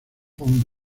von